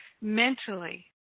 mentally